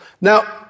Now